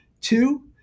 Two